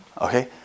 Okay